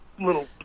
little